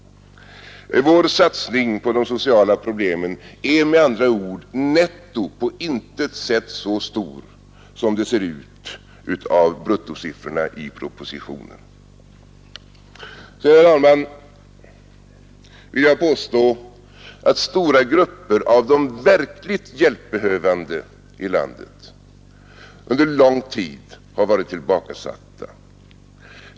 Våra satsningar på det sociala området är med andra ord netto på intet sätt så stora som synes framgå av bruttosiffrorna i propositionen. Därtill, herr talman, vill jag påstå att stora grupper av de verkligt hjälpbehövande i landet under lång tid varit tillbakasatta.